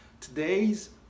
Today's